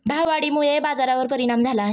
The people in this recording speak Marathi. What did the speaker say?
भाववाढीमुळे बाजारावर परिणाम झाला आहे